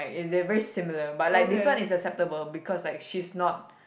it's they're very similar but like this one is acceptable because like she is not